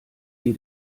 sie